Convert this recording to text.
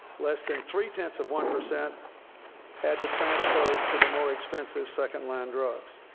less than three-tenths of one percent had to transfer to the more expensive second-line drugs.